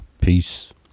Peace